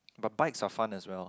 but bikes are fun as well